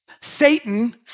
Satan